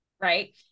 right